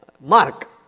Mark